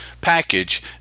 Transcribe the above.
package